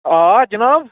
آ حِناب